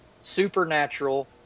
supernatural